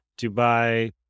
dubai